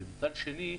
מצד שני,